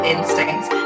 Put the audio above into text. Instincts